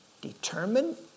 determine